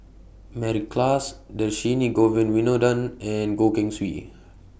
Mary Klass Dhershini Govin Winodan and Goh Keng Swee